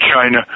China